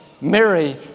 Mary